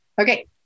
Okay